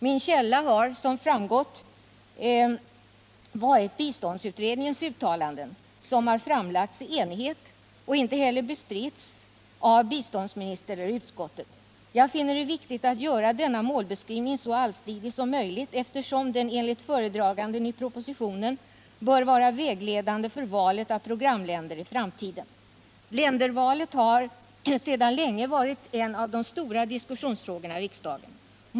Min källa har som framgått varit biståndsutredningens uttalanden, som har framlagts i enighet och inte heller bestritts av biståndsminister eller av utskottet. Jag finner det viktigt att göra denna målbeskrivning så allsidig som möjligt eftersom den enligt föredragandens uttalande i propositionen bör vara vägledande för valet av programländer i framtiden. Ländervalet har sedan länge varit en av de stora diskussionsfrågorna i riksdagen.